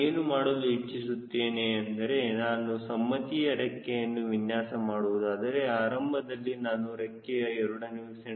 ನಾನು ಏನು ಮಾಡಲು ಇಚ್ಚಿಸುತ್ತೇನೆ ಎಂದರೆ ನಾನು ಸಮ್ಮತಿಯ ರೆಕ್ಕೆಯನ್ನು ವಿನ್ಯಾಸ ಮಾಡುವುದಾದರೆ ಆರಂಭದಲ್ಲಿ ನಾನು ರೆಕ್ಕೆಯ a